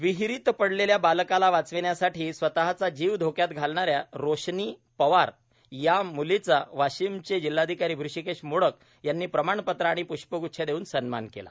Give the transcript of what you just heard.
विहिरीत पडलेल्या बालकाला वाचविण्यासाठी स्वतःचा जीव धोक्यात घालणाऱ्या रोशनी पवार या म्लीचा वाशिमचे जिल्हाधिकारी हषीकेश मोडक यांनी प्रमाणपत्र आणि प्ष्पग्च्छ देव्न सन्मान केला